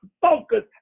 focus